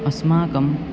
अस्माकं